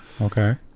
Okay